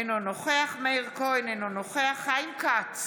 אינו נוכח מאיר כהן, אינו נוכח חיים כץ,